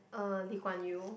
uh Lee-Kuan-Yew